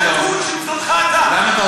אני לא חושב שזה מכובד אם אני לא